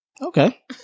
Okay